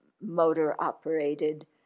motor-operated